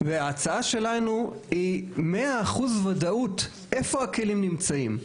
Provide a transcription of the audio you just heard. וההצעה שלנו היא 100 אחוז ודאות איפה הכלים נמצאים,